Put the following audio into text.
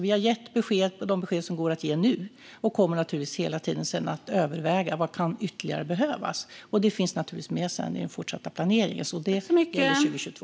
Vi har gett de besked som går att ge nu och kommer sedan naturligtvis hela tiden att överväga vad som ytterligare kan behövas. Det finns naturligtvis med i den fortsatta planeringen för 2022.